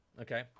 Okay